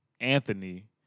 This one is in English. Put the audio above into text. Anthony